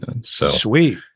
Sweet